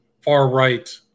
far-right